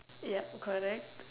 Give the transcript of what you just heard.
yup correct